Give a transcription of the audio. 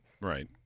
Right